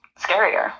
scarier